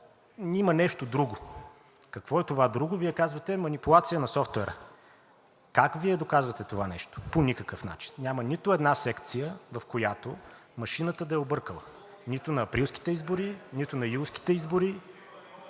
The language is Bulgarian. „Има нещо друго.“ Какво е това друго? Вие казвате: „Манипулация на софтуера.“ Как Вие доказвате това? По никакъв начин. Няма нито една секция, в която машината да е объркала – нито на априлските избори, нито на юлските избори.